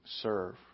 serve